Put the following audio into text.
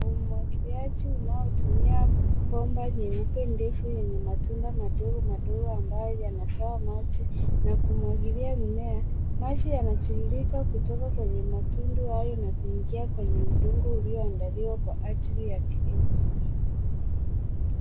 Umwagiliaji unaotumia bomba nyeupe ndefu enye matudu madogo ambayo yanatoa maji na kumwagilia mimea. Maji yanatiririka kutoka kwenye matundu hayo na kuingia kwenye udongo ulioandaliwa kwa ajili ya kilimo.